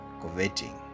coveting